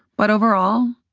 but overall,